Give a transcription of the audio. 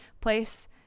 place